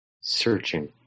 searching